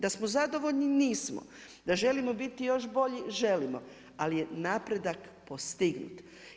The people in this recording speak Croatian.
Da smo zadovoljni nismo, da želimo biti još bolji želimo, ali je napredak postignut.